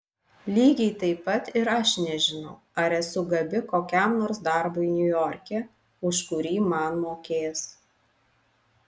lygiai taip pat ir aš nežinau ar esu gabi kokiam nors darbui niujorke už kurį man mokės